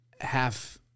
half